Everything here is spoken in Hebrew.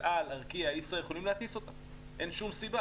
אל על,